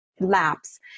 lapse